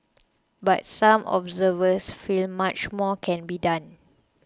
but some observers feel much more can be done